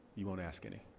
you won't ask any.